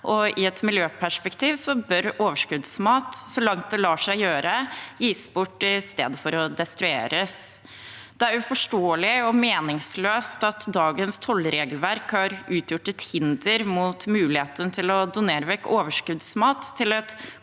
i et miljøperspektiv bør overskuddsmat så langt det lar seg gjøre, gis bort i stedet for å destrueres. Det er uforståelig og meningsløst at dagens tollregelverk har utgjort et hinder mot muligheten til å donere overskuddsmat til et